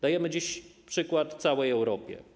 Dajemy dziś przykład całej Europie.